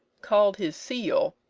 called his seal,